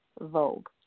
Vogue